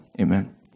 Amen